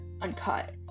uncut